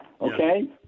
Okay